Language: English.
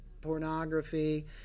pornography